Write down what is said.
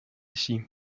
ici